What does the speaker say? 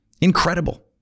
Incredible